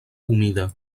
humida